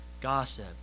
gossip